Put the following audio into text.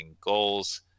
goals